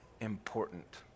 important